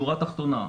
שורה תחתונה,